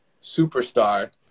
superstar